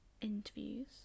interviews